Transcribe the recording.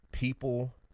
People